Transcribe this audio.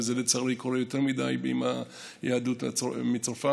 וזה לצערי קורה יותר מדי עם היהדות מצרפת,